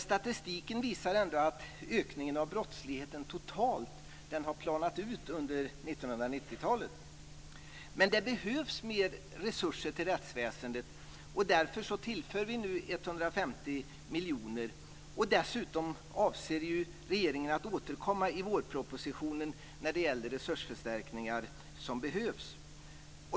Statistiken visar ändå att ökningen av brottsligheten totalt har planat ut under 1990-talet. Men det behövs mer resurser till rättsväsendet, och därför tillför vi nu 150 miljoner. Dessutom avser ju regeringen att återkomma i vårpropositionen med resursförstärkningar som behövs.